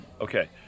Okay